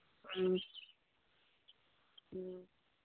ꯎꯝ ꯎꯝ